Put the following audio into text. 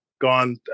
gone